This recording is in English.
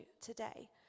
today